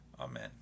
Amen